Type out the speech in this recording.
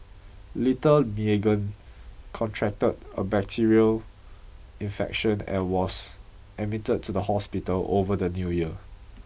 little Meagan contracted a bacterial infection and was admitted to the hospital over the new year